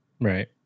Right